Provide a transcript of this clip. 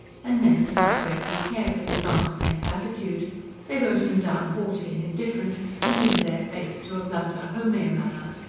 and men did not greatly care for this arm's-length attitude they wrote him down haughty and indifferent, and pinned their faith to a blunter, homelier manner.